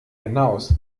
hinaus